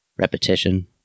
repetition